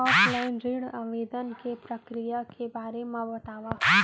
Offline ऋण आवेदन के प्रक्रिया के बारे म बतावव?